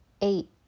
Eight